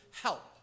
help